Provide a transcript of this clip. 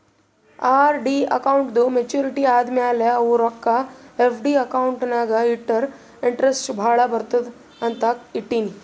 RD ಅಕೌಂಟ್ದೂ maturity ಆದಮ್ಯಾಲ ಅವು ರೊಕ್ಕಾ ಎಫ್.ಡಿ ಅಕೌಂಟ್ ನಾಗ್ ಇಟ್ಟುರ ಇಂಟ್ರೆಸ್ಟ್ ಭಾಳ ಬರ್ತುದ ಅಂತ್ ಇಟ್ಟೀನಿ